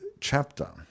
chapter